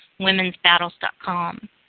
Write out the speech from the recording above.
womensbattles.com